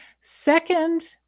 Second